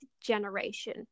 generation